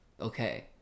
okay